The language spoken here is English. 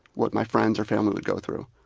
what my friends or family would go through.